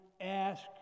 ask